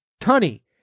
Tunny